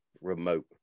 remote